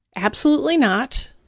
absolutely not.